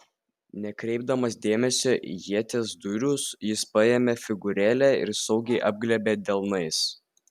nekreipdamas dėmesio į ieties dūrius jis paėmė figūrėlę ir saugiai apglėbė delnais